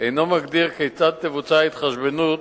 אינו מגדיר כיצד תבוצע ההתחשבנות